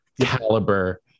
caliber